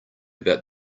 about